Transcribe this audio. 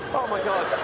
oh my god,